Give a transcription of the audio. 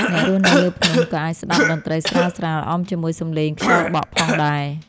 អ្នករស់នៅលើភ្នំក៏អាចស្ដាប់តន្ត្រីស្រាលៗអមជាមួយសំឡេងខ្យល់បក់ផងដែរ។